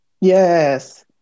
Yes